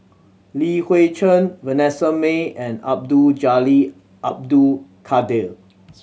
Li Hui Cheng Vanessa Mae and Abdul Jalil Abdul Kadir